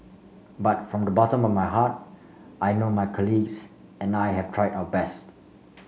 but from the bottom of my heart I know my colleagues and I have tried our best